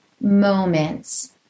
moments